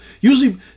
Usually